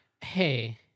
Hey